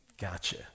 Gotcha